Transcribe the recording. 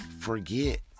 forget